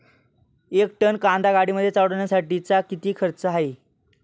एक टन कांदा गाडीमध्ये चढवण्यासाठीचा किती खर्च आहे?